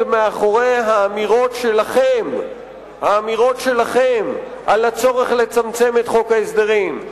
מאחורי האמירות שלכם על הצורך לצמצם את חוק ההסדרים,